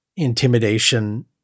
intimidation